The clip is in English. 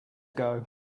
ago